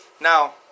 Now